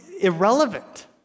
irrelevant